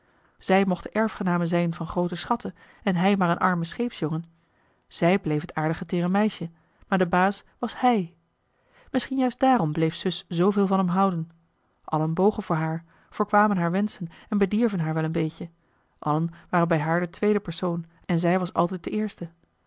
zij mocht de erfgename zijn van groote schatten en hij maar een arme scheepsjongen zij bleef het aardige teere meisje maar de baas was hij misschien juist daarom bleef zus zooveel van hem houden allen joh h been paddeltje de scheepsjongen van michiel de ruijter bogen voor haar voorkwamen haar wenschen en bedierven haar wel een beetje allen waren bij haar de tweede persoon en zij was altijd de eerste